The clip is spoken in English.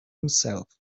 himself